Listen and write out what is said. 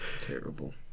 Terrible